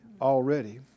already